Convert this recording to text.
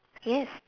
yes